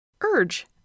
Urge